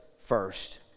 first